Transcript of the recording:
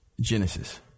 Genesis